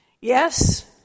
Yes